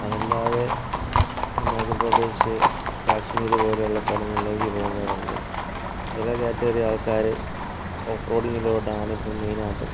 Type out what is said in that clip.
അതല്ലാതെ ഹിമാചൽ പ്രദേശ് കാശ്മീർ പോലെയുള്ള സ്ഥലങ്ങളിലേക്ക് പോകുന്നവരുണ്ട് ചില കാറ്റഗറി ആൾക്കാർ ഓഫ്റോഡിങ്ങിലോട്ടാണിപ്പോൾ മെയിൻ ആയിട്ടും